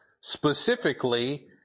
specifically